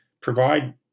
provide